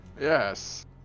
yes